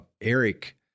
Eric